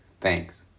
Thanks